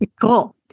Cool